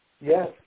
Yes